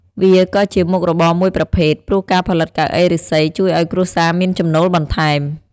វាក៏ជាមុខរបរមួយប្រភេទ ព្រោះការផលិតកៅអីឫស្សីជួយឲ្យគ្រួសារមានចំណូលបន្ថែម។